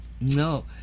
No